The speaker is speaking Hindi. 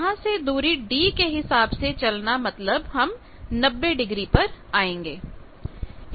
यहां से दूरी d के हिसाब से चलना मतलब हम 90 डिग्री पर आएंगे